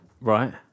Right